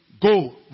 go